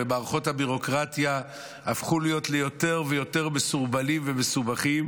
ומערכות הביורוקרטיה הפכו להיות יותר ויותר מסורבלות ומסובכות.